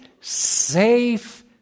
safe